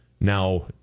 now